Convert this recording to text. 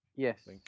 Yes